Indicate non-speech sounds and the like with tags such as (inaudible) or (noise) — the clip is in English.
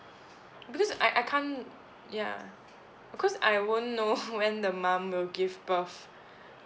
because I I can't ya because I won't know (coughs) when the mum will give birth